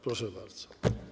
Proszę bardzo.